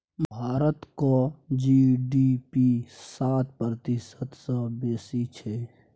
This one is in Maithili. भारतक जी.डी.पी सात प्रतिशत सँ बेसी छै